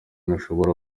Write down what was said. ntushobora